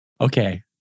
Okay